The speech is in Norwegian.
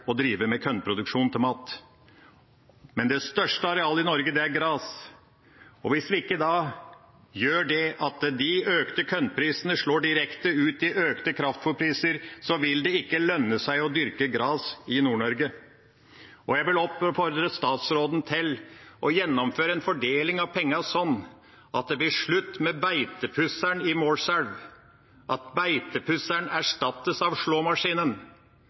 drive med kornproduksjon til mat. Men det største arealet i Norge er gras, og hvis vi ikke gjør det slik at de økte kornprisene slår direkte ut i økte kraftfôrpriser, vil det ikke lønne seg å dyrke gras i Nord-Norge. Jeg vil oppfordre statsråden til å gjennomføre en fordeling av pengene slik at det blir slutt med beitepusseren i Målselv, at beitepusseren erstattes av slåmaskinen.